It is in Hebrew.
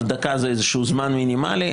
אבל דקה זה איזשהו זמן מינימלי.